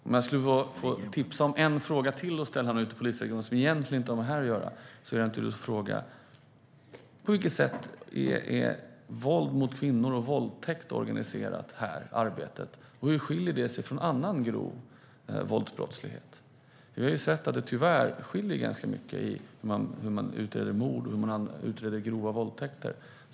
Om jag skulle tipsa om en fråga till att ställa att ute i polisregionerna, som egentligen inte har med detta att göra, är det: På vilket sätt är arbetet mot våld mot kvinnor och våldtäkt organiserat här, och hur skiljer det sig från annan grov våldsbrottslighet? Vi har sett att det tyvärr skiljer ganska mycket i hur man utreder mord och hur man utreder grova våldtäkter.